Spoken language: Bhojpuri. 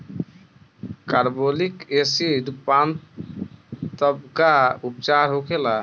कारबोलिक एसिड पान तब का उपचार होखेला?